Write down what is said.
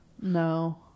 No